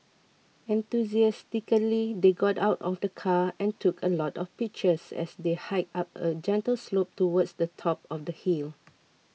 enthusiastically they got out of the car and took a lot of pictures as they hiked up a gentle slope towards the top of the hill